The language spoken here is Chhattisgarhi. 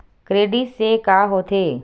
क्रेडिट से का होथे?